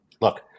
look